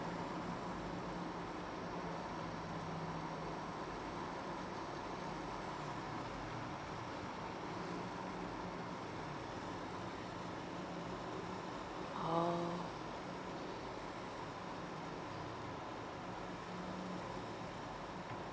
oh